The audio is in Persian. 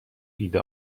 ایده